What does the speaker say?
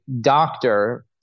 doctor